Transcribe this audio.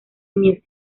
music